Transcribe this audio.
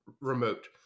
remote